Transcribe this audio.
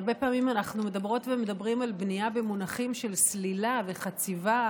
הרבה פעמים אנחנו מדברות ומדברים על בנייה במונחים של סלילה וחציבה,